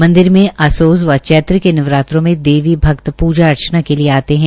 मंदिर में आसोज व चैत्र के नवरात्रों में देवी भक्त पूजा अर्चना के लिए आते हैं